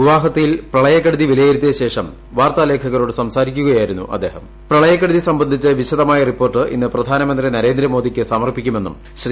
ഗുവാഹത്തിയിൽ പ്രളയക്കെടുതി വിലയിരുത്തിയശേഷ്ട് പ്പാർത്താലേഖകരോട് സംസാരിക്കുകയായിരുന്നു അദ്ദേഹിക്കു പ്രള്യക്കെടുതി സംബന്ധിച്ച് വിശ ദമായ റിപ്പോർട്ട് ഇന്ന് പ്രധാനമന്ത്രി ന്രേന്ദ്രമോദിക്ക് സമർപ്പിക്കുമെന്നും ശ്രീ